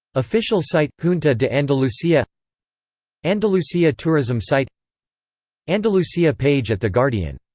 official site junta de andalucia andalucia tourism site andalucia page at the guardian